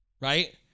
Right